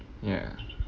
yeah